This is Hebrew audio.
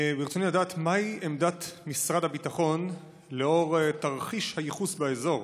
ברצוני לדעת מהי עמדת משרד הביטחון לנוכח תרחיש הייחוס באזור,